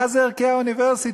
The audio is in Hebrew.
מה זה "ערכי האוניברסיטה"?